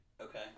Okay